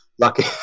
lucky